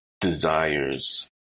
Desires